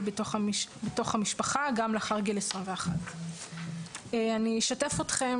בתוך המשפחה גם לאחר גיל 21. אני אשתף אתכם